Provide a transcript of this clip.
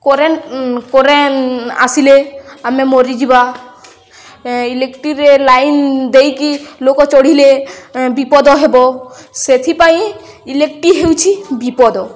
current current ଆସିଲେ ଆମେ ମରିଯିବା ଇଲେକ୍ଟ୍ରିରେ ଲାଇନ ଦେଇକି ଲୋକ ଚଢ଼ିଲେ ବିପଦ ହେବ ସେଥିପାଇଁ ଇଲେକ୍ଟ୍ରି ହେଉଛି ବିପଦ